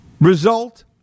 result